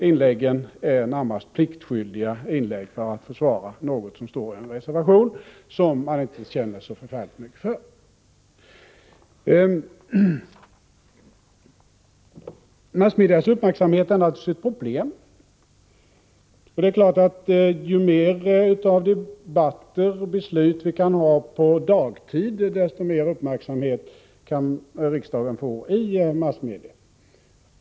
Inläggen är närmast pliktskyldiga för att försvara något som står i en reservation som man inte känner så förfärligt mycket för. Massmedias uppmärksamhet är naturligtvis ett problem. Det är klart att ju mer av debatter och beslut vi kan förlägga till dagtid, desto mer uppmärksamhet kan riksdagen få i massmedia.